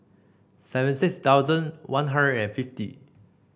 seventy six thousand One Hundred and fifty